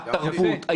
התרבות,